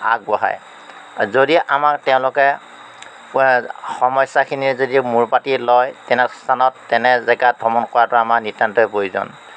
আগবঢ়ায় যদি আমাক তেওঁলোকে সমস্যাখিনিয়ে যদি মোৰ পাতি লয় তেনে স্থানত তেনে জেগাত ভ্ৰমণ কৰাটো আমাৰ নিত্যান্তই প্ৰয়োজন